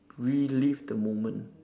relive the moment